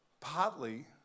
partly